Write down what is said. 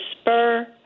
spur